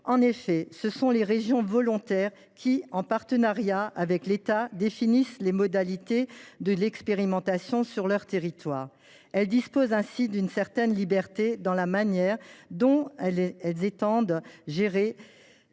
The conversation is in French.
Ce sont les régions volontaires qui définissent, en partenariat avec l’État, les modalités de l’expérimentation sur leur territoire. Elles disposent ainsi d’une certaine liberté dans la manière dont elles pourront gérer